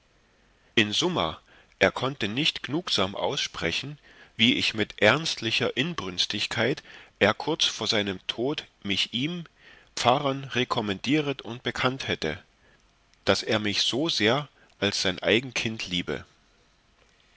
in summa er konnte nicht gnugsam aussprechen wie mit ernstlicher inbrünstigkeit er kurz vor seinem tod mich ihm pfarrern rekommendieret und bekannt hätte daß er mich so sehr als sein eigen kind liebe